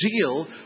deal